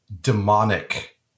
demonic